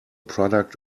product